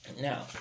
now